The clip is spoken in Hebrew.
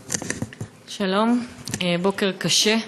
שלום, בוקר קשה.